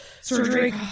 surgery